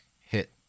hit